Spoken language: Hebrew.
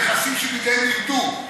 הנכסים שבידיהם ירדו,